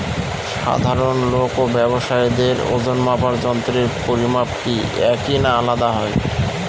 সাধারণ লোক ও ব্যাবসায়ীদের ওজনমাপার যন্ত্রের পরিমাপ কি একই না আলাদা হয়?